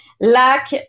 lack